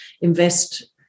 invest